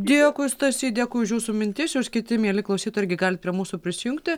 dėkui stasy dėkui už jūsų mintis kiti mieli klausytojai ir gali prie mūsų prisijungti